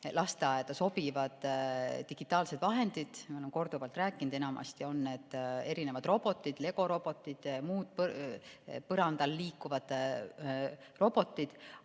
lasteaeda sobivad digitaalsed lahendid. Me oleme korduvalt rääkinud, enamasti on need erinevad robotid, legorobotid, muud põrandal liikuvad robotid.